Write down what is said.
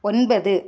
ஒன்பது